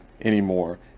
anymore